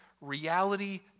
reality